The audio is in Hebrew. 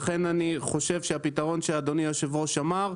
לכן אני חושב שצריך לבחון את הפתרון שאדוני היושב-ראש אמר.